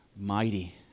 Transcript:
mighty